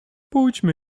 pójdźmy